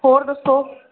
ਹੋਰ ਦੱਸੋ